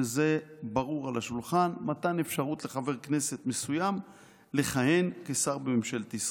וזה ברור על השולחן: מתן אפשרות לחבר כנסת מסוים לכהן כשר בממשלת ישראל.